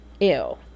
Ew